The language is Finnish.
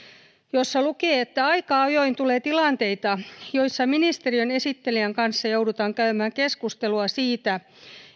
tässä lukee että aika ajoin tulee tilanteita joissa ministeriön esittelijän kanssa joudutaan käymään keskustelua siitä